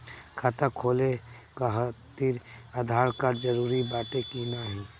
खाता खोले काहतिर आधार कार्ड जरूरी बाटे कि नाहीं?